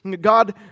God